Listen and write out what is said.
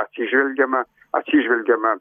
atsižvelgiama atsižvelgiama